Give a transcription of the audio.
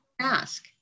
ask